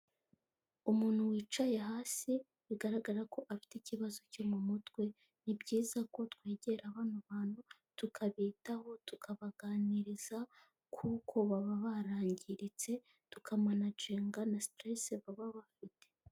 Umuntu wicaye hasi bigaragara ko afite ikibazo cyo mu mutwe, ni byiza ko twegera bano bantu, tukabitaho, tukabaganiriza kuko baba barangiritse, tukamanajinga na siterese baba bafite.